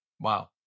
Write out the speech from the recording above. Wow